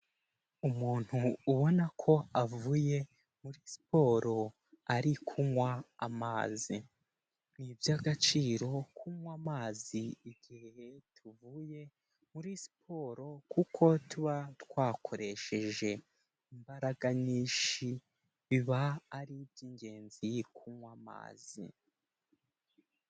Umuntu ubona ko avuye muri siporo ari kunywa amazi. Ni ibya gaciro kunywa amazi igihe tuvuye muri siporo kuko tuba twakoresheje imbaraga nyinshi, biba ari ibyi ngenzi kunywa amazi.